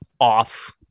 off